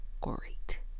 great